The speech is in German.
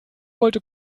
wollte